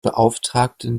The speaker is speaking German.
beauftragten